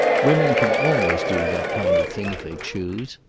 women can always do that kind of thing if they choose.